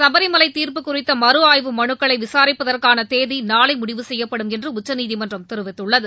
சுபரிமலை தீர்ப்பு குறித்த மறு ஆய்வு மலுக்களை விசாரிப்பதற்கான தேதி நாளை முடிவு செய்யப்படும் என்று உச்சநீதிமன்றம் தெரிவித்துள்ளது